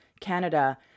Canada